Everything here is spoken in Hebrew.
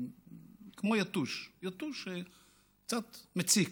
הוא כמו יתוש, יתוש קצת מציק,